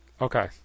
Okay